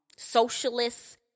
Socialists